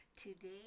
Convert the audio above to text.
Today